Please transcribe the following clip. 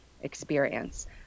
experience